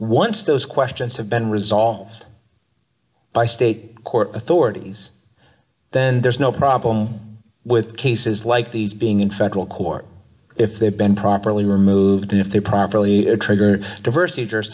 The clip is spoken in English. once those questions have been resolved by state court authorities then there's no problem with cases like these being in federal court if they've been properly removed if they properly triggered diversity